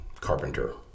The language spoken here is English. carpenter